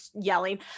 yelling